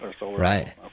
Right